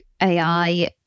AI